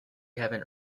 haven’t